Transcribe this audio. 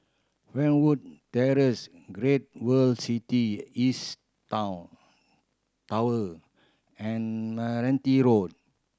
Fernwood Terrace Great World City East Town Tower and Meranti Road